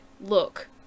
look